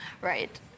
right